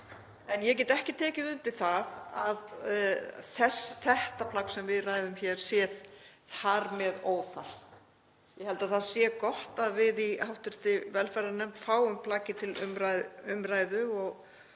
en ég get ekki tekið undir það að þetta plagg sem við ræðum hér sé þar með óþarft. Ég held að það sé gott að við í hv. velferðarnefnd fáum plaggið til umræðu og